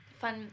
fun